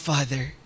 Father